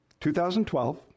2012